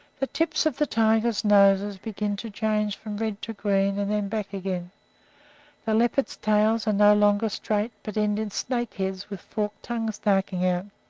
the tips of the tigers' noses begin to change from red to green, and then back again the leopards' tails are no longer straight, but end in snake-heads with forked tongues darting out.